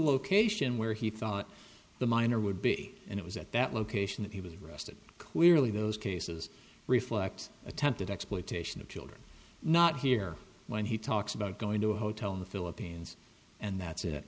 location where he thought the minor would be and it was at that location that he was arrested clearly those cases reflect attempted exploitation of children not here when he talks about going to a hotel in the philippines and that's it